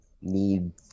need